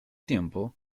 tiempo